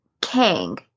Kang